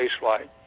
spaceflight